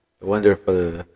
wonderful